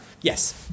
Yes